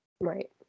Right